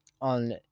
on